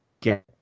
get